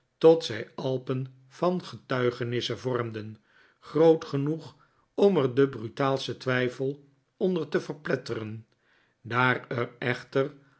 tot zij alpen van getuigenissen vormden groot genoeg om er den brutaalsten twijfel onder te verpletteren daar er echter